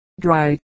dry